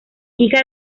hija